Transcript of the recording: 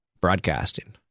broadcasting